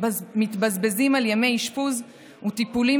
שמתבזבזים על ימי אשפוז ועל טיפולים